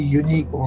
unique